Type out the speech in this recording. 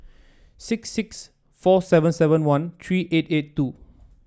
six six four seven seven one three eight eight two